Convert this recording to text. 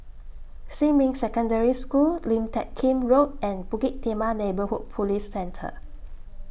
Xinmin Secondary School Lim Teck Kim Road and Bukit Timah Neighbourhood Police Centre